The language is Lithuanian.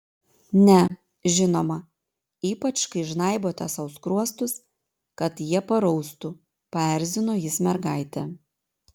ne žinoma ypač kai žnaibote sau skruostus kad jie paraustų paerzino jis mergaitę